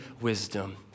wisdom